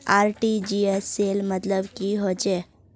RTGS सेल मतलब की होचए?